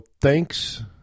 thanks